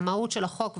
המהות של החוק,